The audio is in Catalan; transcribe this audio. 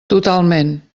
totalment